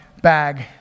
bag